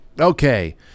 Okay